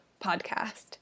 podcast